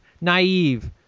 naive